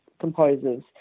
composers